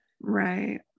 Right